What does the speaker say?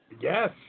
Yes